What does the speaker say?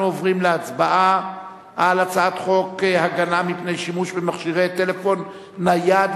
ההצעה להעביר את הצעת חוק יידוע בדבר הסכנות בשימוש בטלפון נייד,